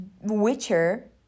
Witcher